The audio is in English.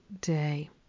day